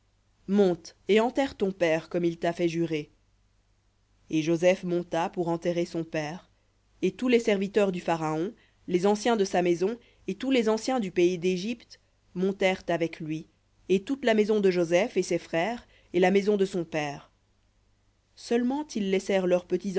monte et enterre ton père comme il t'a fait jurer et joseph monta pour enterrer son père et tous les serviteurs du pharaon les anciens de sa maison et tous les anciens du pays d'égypte montèrent avec lui et toute la maison de joseph et ses frères et la maison de son père seulement ils laissèrent leurs petits